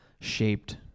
shaped